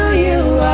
you